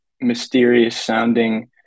mysterious-sounding